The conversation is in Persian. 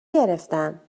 گرفتم